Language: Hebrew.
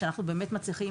שאנחנו באמת מצליחים,